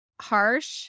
harsh